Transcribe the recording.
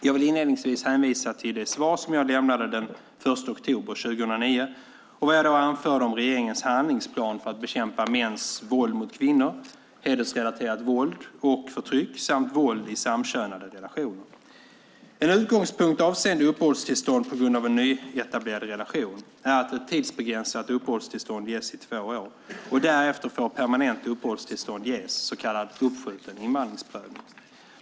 Jag vill inledningsvis hänvisa till det svar som jag lämnade den 1 oktober 2009 och vad jag då anförde om regeringens handlingsplan för att bekämpa mäns våld mot kvinnor, hedersrelaterat våld och förtryck samt våld i samkönade relationer. En utgångspunkt avseende uppehållstillstånd på grund av en nyetablerad relation är att ett tidsbegränsat uppehållstillstånd ges i två år. Därefter får permanent uppehållstillstånd ges, så kallad uppskjuten invandringsprövning.